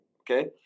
Okay